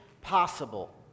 possible